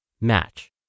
match